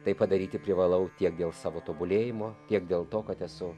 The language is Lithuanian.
tai padaryti privalau tiek dėl savo tobulėjimo tiek dėl to kad esu